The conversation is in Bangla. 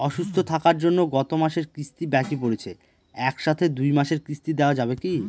অসুস্থ থাকার জন্য গত মাসের কিস্তি বাকি পরেছে এক সাথে দুই মাসের কিস্তি দেওয়া যাবে কি?